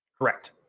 Correct